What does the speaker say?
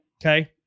okay